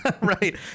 Right